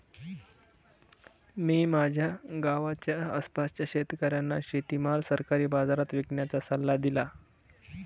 मी माझ्या गावाच्या आसपासच्या शेतकऱ्यांना शेतीमाल सरकारी बाजारात विकण्याचा सल्ला दिला